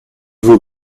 vous